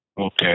Okay